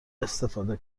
استفاده